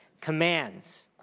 Commands